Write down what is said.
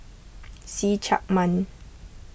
See Chak Mun